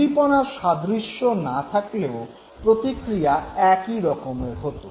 উদ্দীপনার সাদৃশ্য না থাকলেও প্রতিক্রিয়া একরকমেরই হত